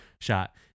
shot